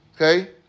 okay